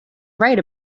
right